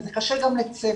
וזה קשה גם לצוות,